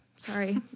sorry